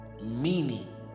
meaning